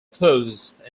closed